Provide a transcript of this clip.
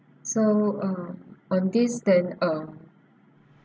so uh on this then um